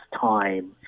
time